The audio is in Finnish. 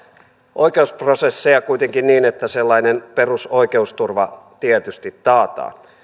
oikeusprosesseja kuitenkin niin että sellainen perus oikeusturva tietysti taataan